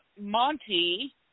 Monty